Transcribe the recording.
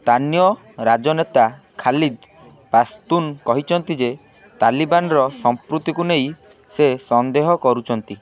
ସ୍ଥାନୀୟ ରାଜନେତା ଖାଲିଦ୍ ପାଶ୍ତୁନ୍ କହିଚନ୍ତି ଯେ ତାଲିବାନ୍ର ସମ୍ପୃକ୍ତିକୁ ନେଇ ସେ ସନ୍ଦେହ କରୁଚନ୍ତି